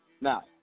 Now